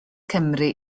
cymru